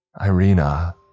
Irina